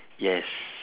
yes